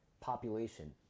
population